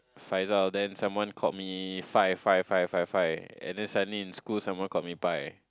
Faizal then someone call me Fai Fai Fai Fai Fai and then suddenly in school someone called me Pai